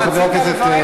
הוא חבר הכנסת,